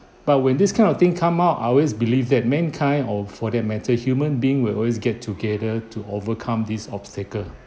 but when this kind of thing come out I always believe that mankind or for that matter human being will always get together to overcome this obstacle